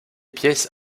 pièces